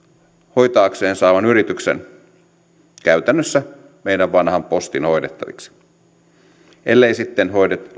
hoitaakseen saavan yrityksen käytännössä meidän vanhan postin hoidettaviksi ellei sitten